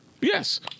Yes